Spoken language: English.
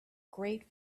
great